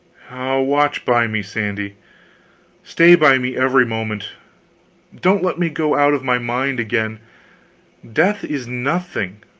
ah, watch by me, sandy stay by me every moment don't let me go out of my mind again death is nothing,